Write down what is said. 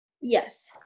Yes